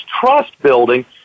trust-building